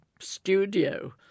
studio